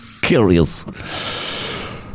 Curious